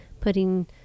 putting